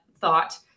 thought